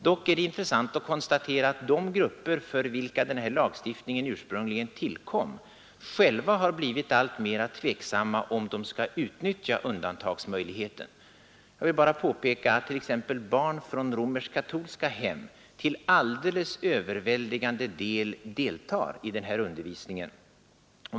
Dock är det intressant att konstatera att de grupper, för vilka denna lagstiftning ursprungligen tillkom, själva har blivit alltmera tveksamma till frågan, om de skall utnyttja undantagsmöjligheten. Jag vill påpeka att t.ex. barn från romersk-katolska hem till alldeles överväldigande del deltar i denna undervisning.